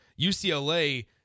UCLA